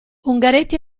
ungaretti